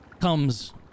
comes